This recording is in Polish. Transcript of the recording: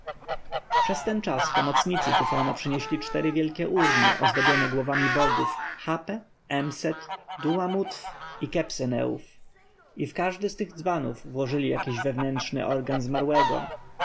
przez ten czas pomocnicy tyfona przynieśli cztery wielkie urny ozdobione głowami bogów hape emset duamutf i quebhsneuf i w każdy z tych dzbanów złożyli jakiś wewnętrzny organ zmarłego